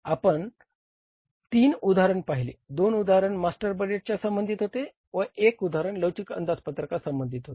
आपण तीन उदाहरण पाहिले दोन उदाहरण मास्टर बजेटच्या संबंधीत होते व एक उदाहरण लवचिक अंदाजपत्रकासंबंधी होते